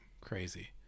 Crazy